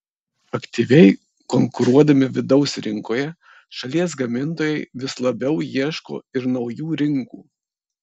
aktyviai konkuruodami vidaus rinkoje šalies gamintojai vis labiau ieško ir naujų rinkų